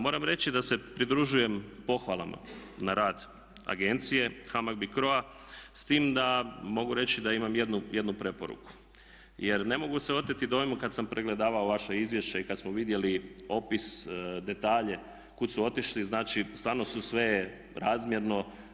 Moram reći da se pridružujem pohvalama na rad agencije HAMAG BICRO-a s tim da mogu reći da imam jednu preporuku, jer ne mogu se oteti dojmu kad sam pregledavao vaša izvješća i kad smo vidjeli opis, detalje kud su otišli, znači stvarno su sve razmjerno.